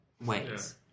ways